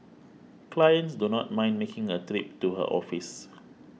clients do not mind making a trip to her office